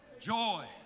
Joy